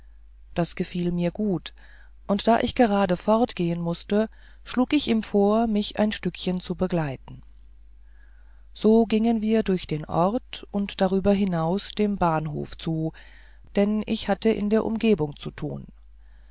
das gefiel mir gut und da ich gerade fortgehen mußte schlug ich ihm vor mich ein stückchen zu begleiten so gingen wir durch den ort und darüber hinaus dem bahnhof zu denn ich hatte in der umgebung zu tun